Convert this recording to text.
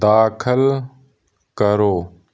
ਦਾਖਲ ਕਰੋ